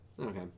Okay